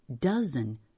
dozen